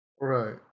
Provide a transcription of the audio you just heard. right